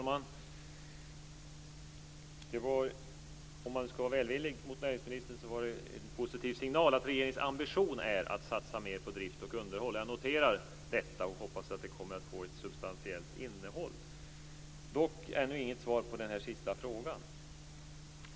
Fru talman! Om man skall vara välvillig mot näringsministern var det en positiv signal att regeringens ambition är att satsa mer på drift och underhåll. Jag noterar detta och hoppas att det kommer att få ett substantiellt innehåll. Dock får jag ännu inget svar på den sista frågan.